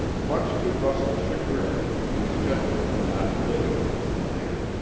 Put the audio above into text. much to russell's chagrin, these gentlemen were not elated over the plan.